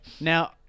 Now